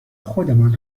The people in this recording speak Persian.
خودمان